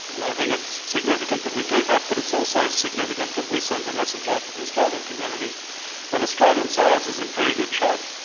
and i think it's significant that we do that, but it's also significant that we send the message out to the australian community that australian science is in pretty good shape.